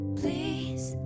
please